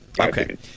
Okay